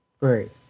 Right